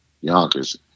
Yonkers